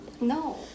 No